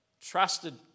trusted